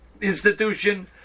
institution